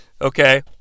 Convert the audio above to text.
okay